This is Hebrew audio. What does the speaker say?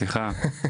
סליחה,